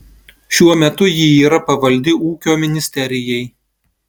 šiuo metu ji yra pavaldi ūkio ministerijai